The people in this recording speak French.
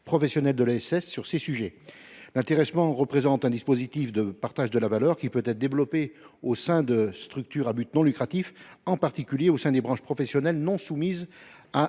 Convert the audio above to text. professionnelles de l’ESS sur ces sujets. L’intéressement représente un dispositif de partage de la valeur qui peut être développé au sein des structures à but non lucratif, en particulier au sein des branches professionnelles non soumises à